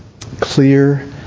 clear